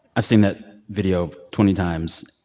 i've seen that video twenty times.